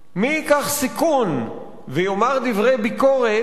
מי ייקח סיכון ויאמר דברי ביקורת,